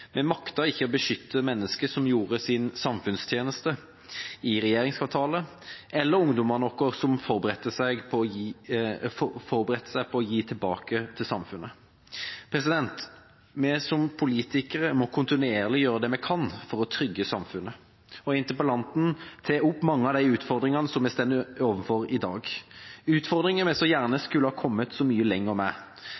ikke å beskytte mennesker som gjorde sin samfunnstjeneste i regjeringskvartalet, eller ungdommene våre – som forberedte seg på å gi tilbake til samfunnet. Vi som politikere må kontinuerlig gjøre det vi kan for å trygge samfunnet. Interpellanten tar opp mange av de utfordringene som vi står overfor i dag – utfordringer vi gjerne skulle ha kommet så